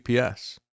UPS